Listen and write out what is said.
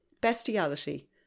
Bestiality